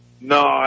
No